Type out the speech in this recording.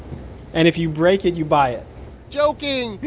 and if you break it, you buy it joking,